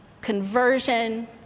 conversion